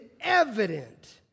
evident